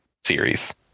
series